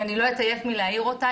ואני לא אתעייף מלהעיר אותה,